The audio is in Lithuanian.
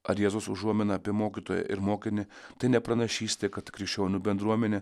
ar jėzaus užuomina apie mokytoją ir mokinį tai ne pranašystė kad krikščionių bendruomenė